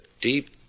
deep